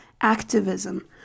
activism